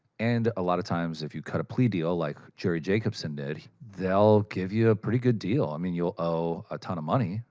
and, a lot of times, if you cut a plea deal like jerry jacobson did, they'll give you a pretty good deal. i mean, you'll owe a ton of money,